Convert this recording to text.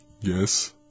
Yes